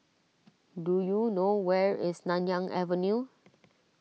do you know where is Nanyang Avenue